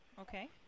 Okay